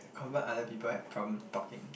confirm other people have problem talking